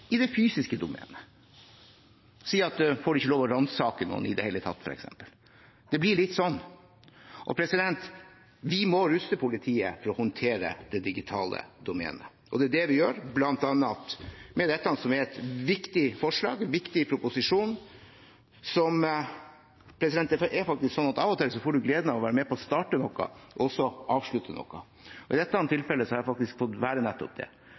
i det fysiske domenet, f.eks. å si at man ikke får lov til å ransake noen i det hele tatt. Det blir litt slik. Vi må ruste politiet til å håndtere det digitale domenet, og det er det vi gjør bl.a. med dette, som er et viktig forslag og en viktig proposisjon. Av og til får man gleden av å være med på å starte og avslutte noe, og i dette tilfellet har jeg fått være med på nettopp det.